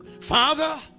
father